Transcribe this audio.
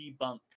debunk